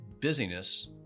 busyness